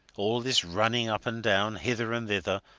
all this running up and down, hither and thither,